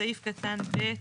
סעיף קטן ב'.